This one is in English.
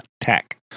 tech